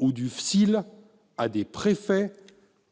le FSIL, à des préfets,